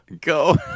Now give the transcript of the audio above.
Go